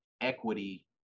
equity